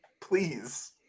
please